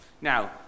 Now